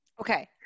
Okay